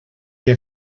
que